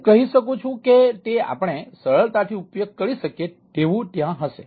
તેથી હું કહી શકું છું કે તેઆપણે સરળતાથી ઉપયોગ કરી શકીએ તેવું ત્યાં હશે